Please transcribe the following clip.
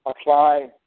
apply